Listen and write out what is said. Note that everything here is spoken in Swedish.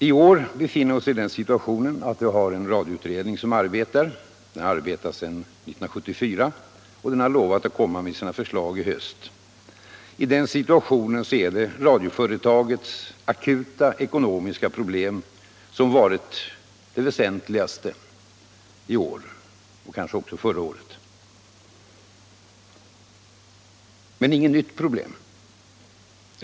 I år befinner vi oss i den situationen att den radioutredning som arbetat sedan 1974 har lovat komma med sina förslag i höst. Radioföretagets akuta ekonomiska problem har därför varit det väsentligaste i år och kanske också förra året. Men det är inget nytt problem.